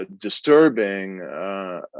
disturbing